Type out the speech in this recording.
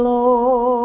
Lord